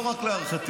לא רק להערכתי,